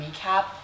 recap